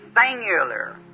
singular